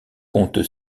compte